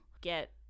get